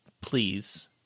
please